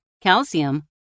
calcium